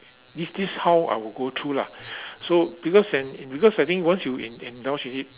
this this how I would go through lah so because because I think I think once you in indulge in it